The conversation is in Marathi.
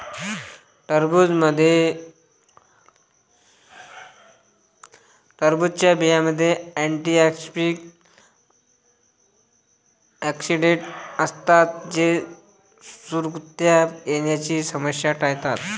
टरबूजच्या बियांमध्ये अँटिऑक्सिडेंट असतात जे सुरकुत्या येण्याची समस्या टाळतात